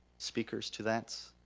speakers to that?